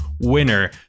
winner